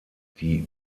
die